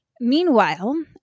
Meanwhile